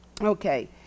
Okay